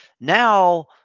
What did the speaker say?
now